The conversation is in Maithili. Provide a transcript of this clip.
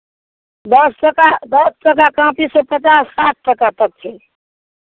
दस टाका दस टाका कॉपीसँ पचास साठि टाका तक छै